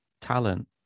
talent